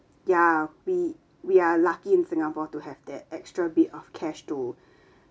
ya we we are lucky in singapore to have that extra bit of cash to